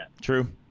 True